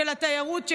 של התיירות,